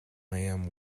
lamb